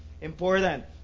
important